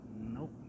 nope